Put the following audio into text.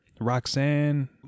Roxanne